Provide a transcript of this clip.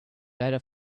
letter